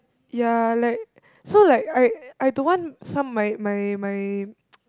ya like so like I I don't want some my my my